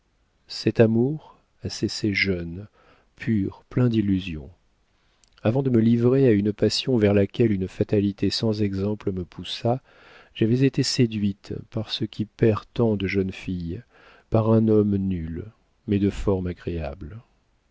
cet amour a cessé jeune pur plein d'illusions avant de me livrer à une passion vers laquelle une fatalité sans exemple me poussa j'avais été séduite par ce qui perd tant de jeunes filles par un homme nul mais de formes agréables